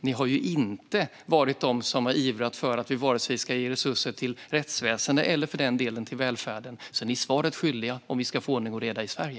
Ni har varken ivrat för att ge resurser till rättsväsendet eller till välfärden, så ni är svaret skyldiga om vi ska få ordning och reda i Sverige.